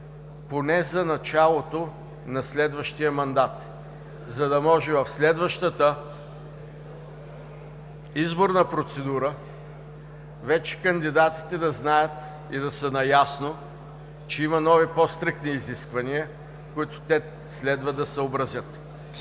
поне за началото на следващия мандат, за да може в следващата изборна процедура кандидатите вече да знаят и да са наясно, че има нови по-стриктни изисквания, с които те следва да се съобразят.